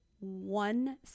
one